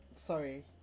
Sorry